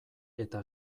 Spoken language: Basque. eta